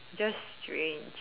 just strange